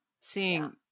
Seeing